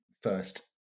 first